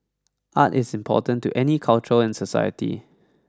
art is important to any culture and society